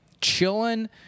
chilling